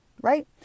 right